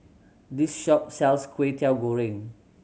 this shop sells Kway Teow Goreng